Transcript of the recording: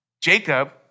Jacob